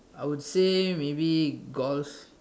I would say maybe golf